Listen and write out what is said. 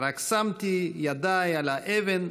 רק שמתי ידיי על האבן,